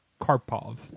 Karpov